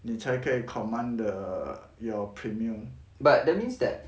你才可以 command the your premium